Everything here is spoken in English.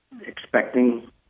expecting